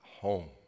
home